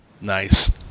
Nice